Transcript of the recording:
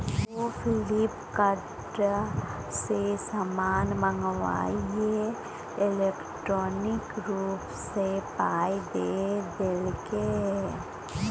ओ Flipkart सँ समान मंगाकए इलेक्ट्रॉनिके रूप सँ पाय द देलकै